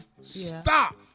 Stop